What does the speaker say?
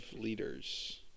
leaders